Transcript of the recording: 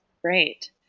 Great